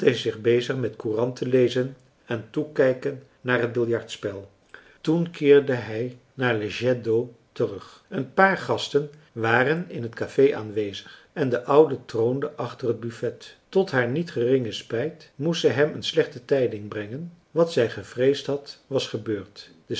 zich bezig met couranten lezen en toekijken naar het biljardspel toen keerde hij naar le jet d'eau terug een paar gasten waren in het café aanwezig en de oude troonde achter het buffet tot haar niet geringen spijt moest zij hem een slechte tijding brengen wat zij gevreesd had was gebeurd